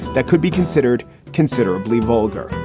that could be considered considerably vulgar.